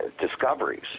discoveries